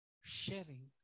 sharing